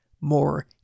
more